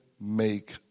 make